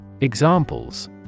Examples